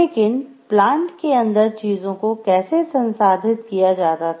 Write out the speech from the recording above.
लेकिन प्लांट के अंदर चीजों को कैसे संसाधित किया जाता था